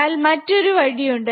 എന്നാൽ മറ്റൊരു വഴിയുണ്ട്